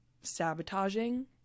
sabotaging